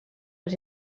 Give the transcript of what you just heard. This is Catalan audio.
els